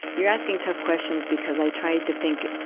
you're asking tough questions, because i try to think, ah,